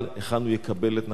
היכן הוא יקבל את נחלתו.